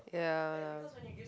ya